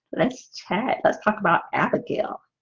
let's chat. let's talk about abigail